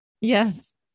Yes